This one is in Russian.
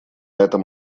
этом